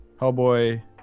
Hellboy